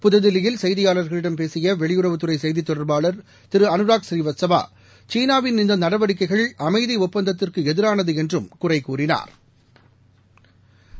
புதுதில்லியில் செய்தியாளர்ளிடம் பேசிய வெளியுறவுத்துறை செய்தி தொடர்பாளர் திரு அனுராக் ஸ்ரீவஸ்தவா சீனாவின் இந்த நடவடிக்கைகள் அமைதி ஒப்பந்தத்திற்கு எதிரானது என்றும் அவா் குறை கூறினாள்